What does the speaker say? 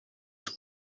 ens